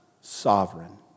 sovereign